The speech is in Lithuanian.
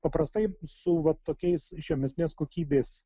paprastai su vat tokiais žemesnės kokybės